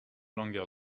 longer